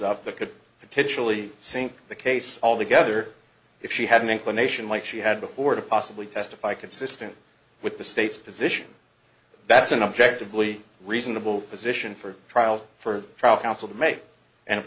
up that could potentially sink the case altogether if she had an inclination like she had before to possibly testify consistent with the state's position that's an objectively reasonable position for a trial for a trial counsel to make and of